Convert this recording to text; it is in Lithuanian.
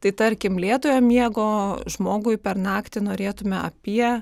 tai tarkim lėtojo miego žmogui per naktį norėtume apie